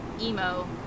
emo